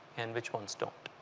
and which ones don't.